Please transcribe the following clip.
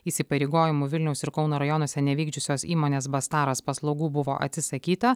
įsipareigojimu vilniaus ir kauno rajonuose nevykdžiusios įmonės bastaras paslaugų buvo atsisakyta